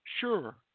Sure